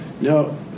No